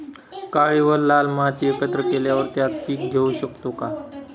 काळी व लाल माती एकत्र केल्यावर त्यात पीक घेऊ शकतो का?